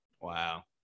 wow